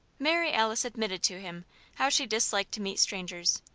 mary alice admitted to him how she disliked to meet strangers,